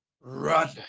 Run